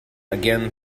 again